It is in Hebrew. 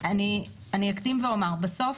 אקדים ואומר: בסוף,